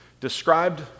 described